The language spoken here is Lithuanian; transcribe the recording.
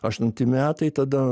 aštunti metai tada